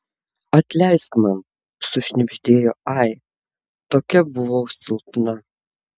atleisk man sušnibždėjo ai tokia buvau silpna